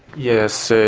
yes, ah